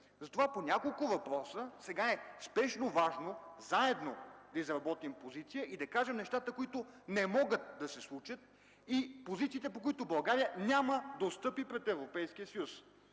Затова по няколко въпроса е спешно важно заедно да изработим позиция и да кажем нещата, които не могат да се случат, и позициите, по които България няма да отстъпи пред Европейския съюз.